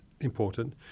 important